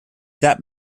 that